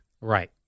Right